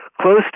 Close